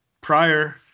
prior